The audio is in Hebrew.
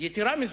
יתירה מזו,